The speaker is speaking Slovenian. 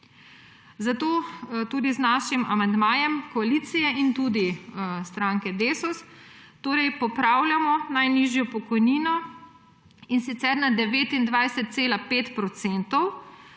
Zato tudi z našim amandmajem, koalicije in stranke Desus, popravljamo najnižjo pokojnino, in sicer na 29,5 %.